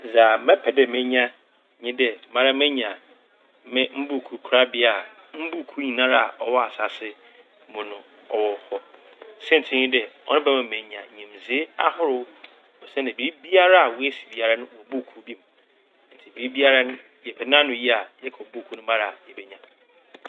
Dza mɛpɛ dɛ menya nye dɛ mara menya me mbuukuu korabea a mbuukuu nyinara a ɔwɔ asaase mu no ɔwɔ hɔ. Saintsir nye dɛ ɔno bɛma ma menya nyimdzee ahorow. Osiandɛ biribiara oesi biara wɔ buukuu bi m' ntsi biribiara n' mepɛ n'anoyi a mekɔ buukuu no mu ara yebenya.